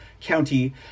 County